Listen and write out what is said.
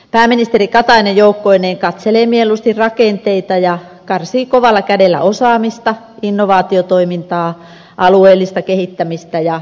pääministeri katainen joukkoineen katselee mieluusti rakenteita ja karsii kovalla kädellä osaamista innovaatiotoimintaa alueellista kehittämistä ja yrittäjyyttä